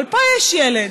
אבל פה יש ילד,